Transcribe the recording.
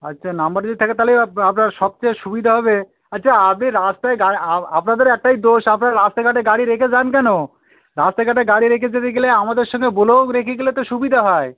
আচ্ছা নম্বর যদি থাকে তাহলে আপনার সবচেয়ে সুবিধা হবে আচ্ছা আপনি রাস্তায় গাড়ি আও আপনাদের একটাই দোষ আপনারা রাস্তাঘাটে গাড়ি রেখে যান কেন রাস্তাঘাটে গাড়ি রেখে চলে গেলে আমাদের সঙ্গে বলেও রেখে গেলে তো সুবিধা হয়